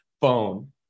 phone